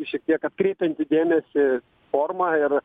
šiek tiek atkreipianti dėmesį forma ir